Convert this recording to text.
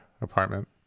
apartment